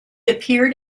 appeared